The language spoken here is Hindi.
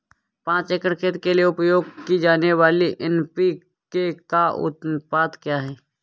पाँच एकड़ खेत के लिए उपयोग की जाने वाली एन.पी.के का अनुपात क्या है?